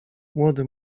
młody